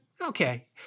okay